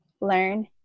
learn